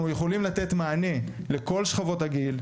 אנחנו יכולים לתת מענה לכל שכבות הגיל,